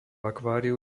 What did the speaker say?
akváriu